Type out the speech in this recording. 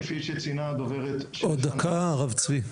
כפי שציינה הדוברת של -- עוד דקה הרב צבי.